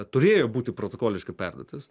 turėjo būti protokoliškai perduotas